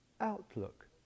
outlook